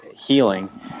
healing